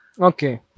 Okay